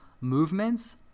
movements